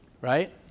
right